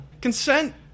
Consent